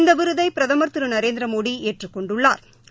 இந்தவிருதைபிரதமா் திருநரேந்திரமோடிஏற்றுக் கொண்டுள்ளாா்